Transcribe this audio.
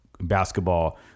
basketball